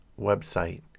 website